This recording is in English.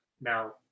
Now